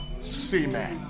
C-Mac